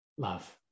love